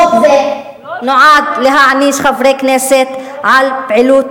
חוק זה נועד להעניש חברי כנסת על פעילות